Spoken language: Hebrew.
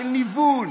של ניוון,